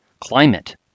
Climate